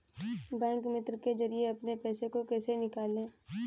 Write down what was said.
Bank मित्र के जरिए अपने पैसे को कैसे निकालें?